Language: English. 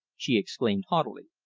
she exclaimed haughtily.